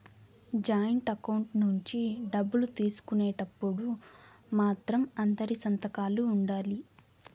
joint account నుంచి డబ్బులు తీసుకునేటప్పుడు మాత్రం అందరి సంతకాలు ఉండాలి